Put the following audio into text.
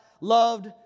loved